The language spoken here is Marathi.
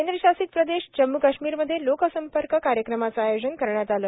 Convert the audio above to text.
केंद्रशासित प्रदेश जम्मू काश्मीरमध्ये लोकसंपर्क कार्यक्रमाचं आयोजन करण्यात आलं